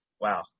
wow